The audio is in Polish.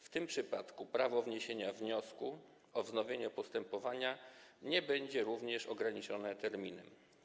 W tym przypadku prawo wniesienia wniosku o wznowienie postępowania nie będzie również ograniczone terminem.